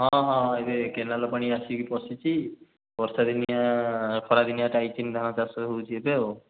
ହଁ ହଁ ଏବେ କେନାଲ୍ ପାଣି ଆସିକି ପଶିଛି ବର୍ଷା ଦିନିଆଁ ଖରା ଦିନିଆ ଟାଇଚିନ୍ ଧାନଚାଷ ହେଉଛି ଏବେ ଆଉ